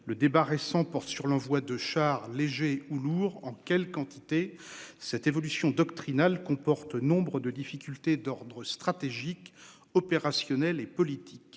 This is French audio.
Le débat récent porte sur l'envoi de chars légers ou lourds en quelle quantité. Cette évolution doctrinale comporte nombre de difficultés d'ordre stratégique opérationnel et politique.